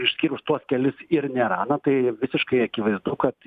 išskyrus tuos kelis ir nėra na tai visiškai akivaizdu kad